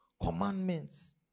commandments